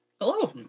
Hello